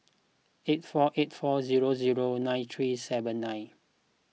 eight four eight four zero zero nine three seven nine